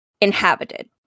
inhabited